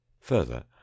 Further